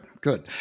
good